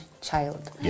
child